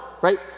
right